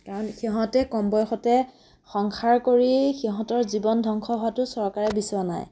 কাৰণ সিহঁতে কম বয়সতে সংসাৰ কৰি সিহঁতৰ জীৱন ধ্বংস হোৱাটো চৰকাৰে বিচৰা নাই